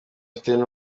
mfitanye